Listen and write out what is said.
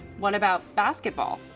what about basketball?